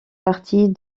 partie